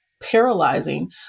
paralyzing